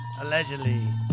Allegedly